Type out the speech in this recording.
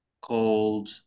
called